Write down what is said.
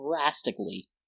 drastically